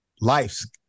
Life's